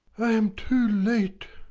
i am too late!